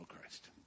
Christ